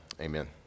Amen